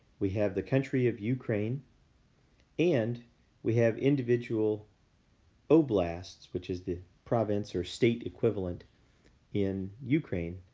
we have the country of ukraine and we have individual oblasts, which is the province or state equivalent in ukraine,